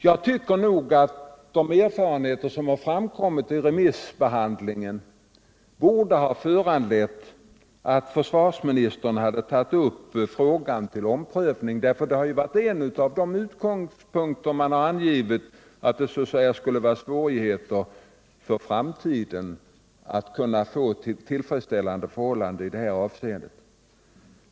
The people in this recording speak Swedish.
Jag tycker att de synpunkter som framkommit vid remissbehandlingen borde har föranlett försvarsministern att ta upp frågan till omprövning — tillgången på mark har varit en av grunderna för påståendena att det skulle föreligga svårigheter för framtiden i dessa avseenden.